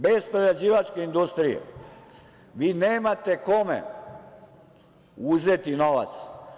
Bez prerađivačke industrije vi nemate kome uzeti novac.